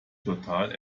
total